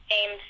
aim